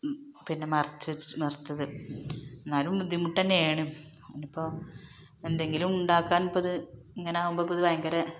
പിന്നെ മറച്ചു വെച്ച് മറച്ചത് ഇരുന്നാലും ബുദ്ധിമുട്ട് തന്നെയാണ് ഇനിയിപ്പോൾ എന്തെങ്കിലും ഉണ്ടാക്കാൻ ഇപ്പത് ഇങ്ങാനെയാകുമ്പോൾ ഇപ്പത് ഭയങ്കര